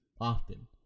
often